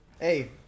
Hey